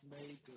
made